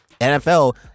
NFL